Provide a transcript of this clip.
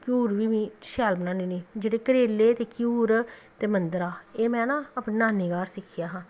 घ्यूर बी में शैल बनानी जेह्ड़े करेले ते घ्यूर ते मंदरा एह् में न अपनी नानी घर सिक्खेआ हा